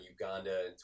Uganda